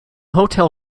hotel